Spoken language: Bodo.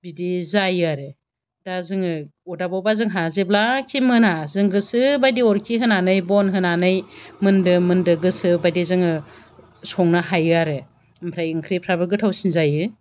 बिदि जायो आरो दा जोङो अरदाबावबा जोंहा जेब्लाखि मोना जों गोसो बायदि अरखि होनानै बन होनानै मोन्दो मोन्दो गोसो बायदि जोङो संनो हायो आरो ओमफ्राय ओंख्रिफोराबो गोथावसिन जायो